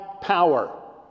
power